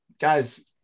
guys